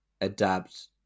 adapt